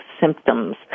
symptoms